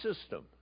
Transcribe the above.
system